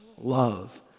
love